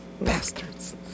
Bastards